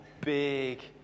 big